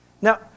Now